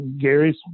Gary's